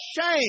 shame